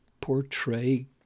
portray